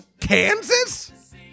Kansas